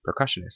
percussionist